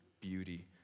beauty